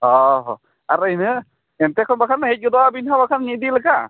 ᱚ ᱦᱚᱸ ᱟᱨ ᱤᱱᱟᱹ ᱮᱱᱛᱮ ᱠᱷᱚᱱ ᱵᱟᱠᱷᱟᱱ ᱫᱚ ᱦᱮᱡ ᱜᱚᱫᱚᱜ ᱟᱵᱤᱱ ᱦᱚᱸ ᱢᱤᱫ ᱫᱤᱱ ᱞᱮᱠᱟ